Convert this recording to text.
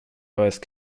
both